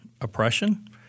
oppression